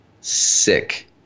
sick